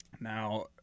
Now